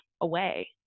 away